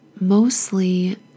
mostly